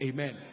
Amen